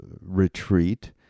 retreat